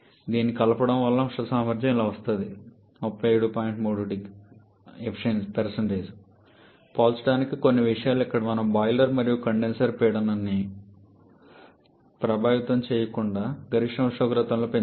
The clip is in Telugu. దీనిని కలపడం వలన ఉష్ణ సామర్థ్యం ఇలా వస్తుంది పోల్చడానికి కొన్ని విషయాలు ఇక్కడ మనము బాయిలర్ మరియు కండెన్సర్ పీడనం ని ప్రభావితం చేయకుండా గరిష్ట ఉష్ణోగ్రతను పెంచాము